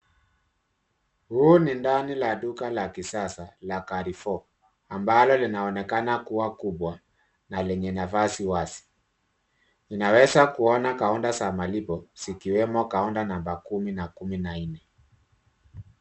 Huu ni ndani la duka la kisasa la Carrefour. Ambalo linaonekana kuwa kubwa na lenye nafasi wazi. Ninaweza kuona counter za malipo, zikiwemo counter namba kumi na kumi na nne.